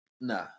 Nah